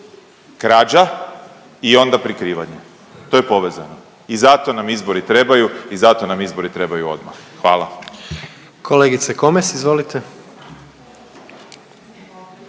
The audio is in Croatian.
krađa i onda prikrivanje, to je povezano. I zato nam izbori trebaju i zato nam izbori trebaju odmah. Hvala. **Jandroković, Gordan